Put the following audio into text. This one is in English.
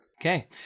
Okay